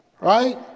right